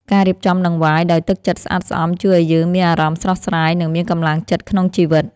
ការរៀបចំដង្វាយដោយទឹកចិត្តស្អាតស្អំជួយឱ្យយើងមានអារម្មណ៍ស្រស់ស្រាយ និងមានកម្លាំងចិត្តក្នុងជីវិត។